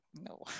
no